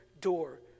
door